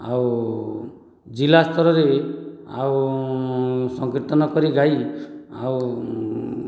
ଆଉ ଜିଲ୍ଲା ସ୍ତରରେ ଆଉ ସଂକୀର୍ତ୍ତନ କରି ଗାଇ ଆଉ